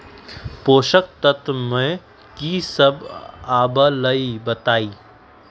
पोषक तत्व म की सब आबलई बताई?